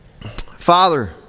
Father